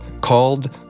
called